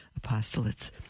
apostolates